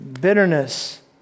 bitterness